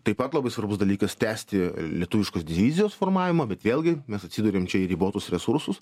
taip pat labai svarbus dalykas tęsti lietuviškos divizijos formavimą bet vėlgi mes atsiduriam čia į ribotus resursus